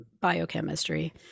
biochemistry